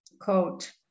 Quote